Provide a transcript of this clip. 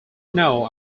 know